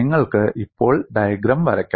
നിങ്ങൾക്ക് ഇപ്പോൾ ഡയഗ്രം വരയ്ക്കാം